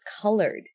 colored